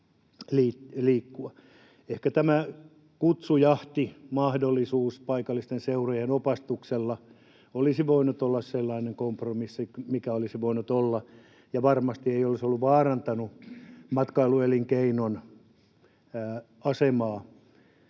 Ehkä tämä kutsujahtimahdollisuus paikallisten seurojen opastuksella olisi voinut olla sellainen kompromissi, mikä olisi voinut olla — ja varmasti ei olisi vaarantanut matkailuelinkeinon asemaa